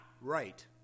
right